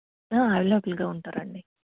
అవైలబుల్గా ఉంటారండి